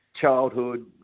childhood